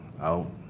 out